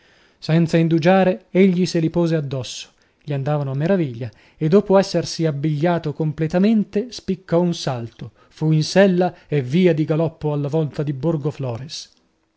senza indugiare egli se li pose indosso gli andavano a meraviglia e dopo essersi abbigliato completamente spiccò un salto fu in sella e via di galoppo alla volta di